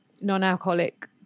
non-alcoholic